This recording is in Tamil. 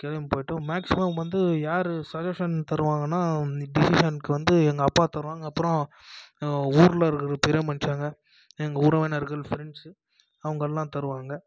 கிளம்பி போய்விட்டும் மேக்சிமம் வந்து யார் சஜஷன் தருவாங்கன்னால் இந்த டிஷிசனுக்கு வந்து எங்கள் அப்பா தருவாங்க அப்புறம் எங்கள் ஊரில் இருக்கிற பெரிய மனுஷங்க எங்கள் உறவினர்கள் ஃப்ரெண்ட்ஸு அவங்கெல்லாம் தருவாங்க